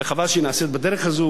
וחבל שהיא נעשית בדרך הזו,